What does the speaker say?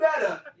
better